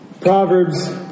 Proverbs